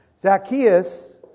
Zacchaeus